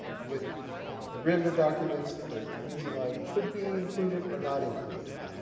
with derivative documents, the reason line could be included or not included.